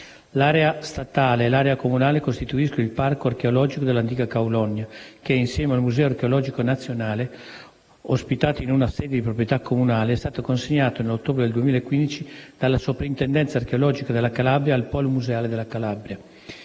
L'area statale e l'area comunale costituiscono il Parco archeologico dell'antica Kaulonia, il quale, insieme al Museo archeologico nazionale, ospitato in una sede di proprietà comunale, è stato consegnato nell'ottobre del 2015 dalla Soprintendenza archeologica della Calabria al Polo museale della Calabria.